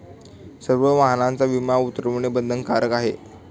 सर्व वाहनांचा विमा उतरवणे बंधनकारक आहे